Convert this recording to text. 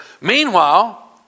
meanwhile